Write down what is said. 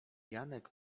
janek